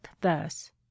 thus